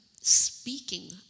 speaking